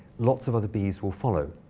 lots of other bees will follow.